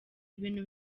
ibintu